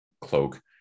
cloak